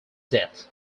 death